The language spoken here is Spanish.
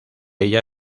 ella